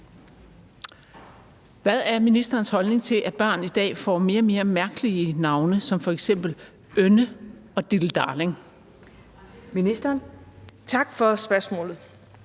Hvad er ministerens holdning til, at børn i dag får mere og mere mærkelige navne, som f.eks. Ønne og Diddledarling? Første næstformand